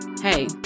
Hey